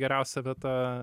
geriausia vieta